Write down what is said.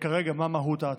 כרגע מה מהות ההצעה.